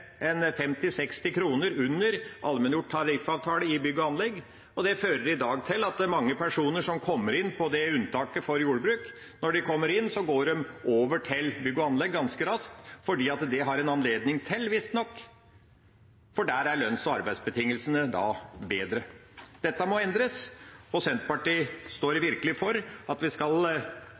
under allmenngjort tariffavtale i bygg og anlegg. Det fører i dag til at mange personer som kommer inn på unntaket for jordbruk, går over til bygg og anlegg ganske raskt – det har en visstnok anledning til – for der er lønns- og arbeidsbetingelsene bedre. Dette må endres. Senterpartiet står virkelig for at vi skal